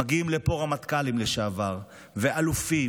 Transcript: מגיעים לפה רמטכ"לים לשעבר ואלופים